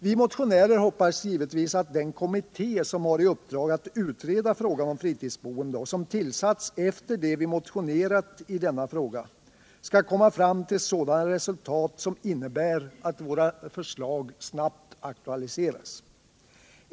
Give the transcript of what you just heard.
Vi motionärer hoppas givetvis att den kommitté som har uppdrag att utreda frågan om fritidsboendet — och som tillsatts efter det vi motionerat i denna fråga — skall komma fram till sådana resultat som innebär att våra förslag snabbt aktualiseras.